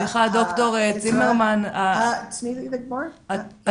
סליחה, ד"ר צימרמן, את